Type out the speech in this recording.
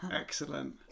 Excellent